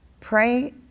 pray